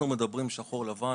אנחנו מדברים שחור לבן,